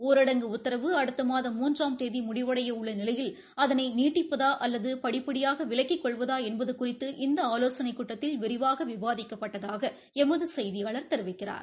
ஊரடங்கு உத்தரவு அடுத்த மாதம் மூன்றாம் தேதி முடிவடைய உள்ள நிலையில் அதனை நீட்டிப்பதா அல்லது படிப்படியாக விலக்கிக் கொள்வதா என்பது குறித்து இந்த ஆலோசனைக் கூட்டத்தில் விரிவாக விவாதிக்கப்பட்டதாக எமது செய்தியாளர் தெரிவிக்கிறார்